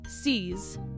C's